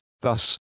thus